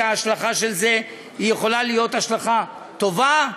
וההשלכה של זה יכולה להיות השלכה טובה,